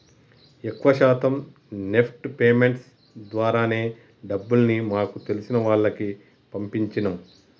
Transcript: ఎక్కువ శాతం NEFT payments ద్వారానే డబ్బుల్ని మాకు తెలిసిన వాళ్లకి పంపించినం